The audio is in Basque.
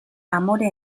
amore